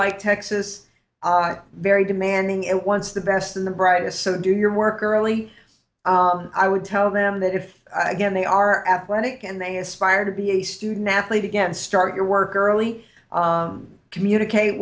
like texas very demanding it wants the best and the brightest so do your work early i would tell them that if i get they are athletic and they aspire to be a student athlete again start your work early communicate